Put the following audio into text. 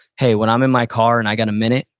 hey, when i'm in my car and i got a minute,